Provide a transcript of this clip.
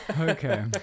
Okay